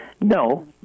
No